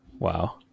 Wow